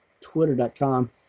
twitter.com